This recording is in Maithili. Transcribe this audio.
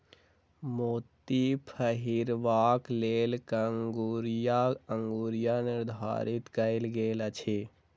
मोती पहिरबाक लेल कंगुरिया अंगुरी निर्धारित कयल गेल अछि